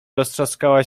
rozstrzaskała